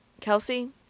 Kelsey